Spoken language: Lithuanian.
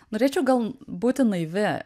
norėčiau gal būti naivi